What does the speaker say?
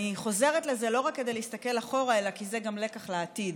אני חוזרת לזה לא רק כדי להסתכל אחורה אלא כי זה גם לקח לעתיד,